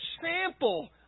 sample